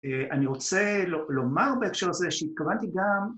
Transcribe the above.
אני רוצה לומר בהקשר לזה שהתכוונתי גם